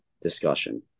discussion